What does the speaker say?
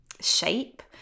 shape